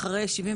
אחרי 74